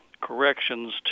corrections